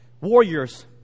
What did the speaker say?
Warriors